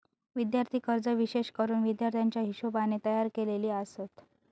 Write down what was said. विद्यार्थी कर्जे विशेष करून विद्यार्थ्याच्या हिशोबाने तयार केलेली आसत